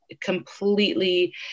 completely